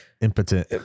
impotent